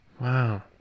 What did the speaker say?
Wow